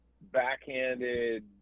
backhanded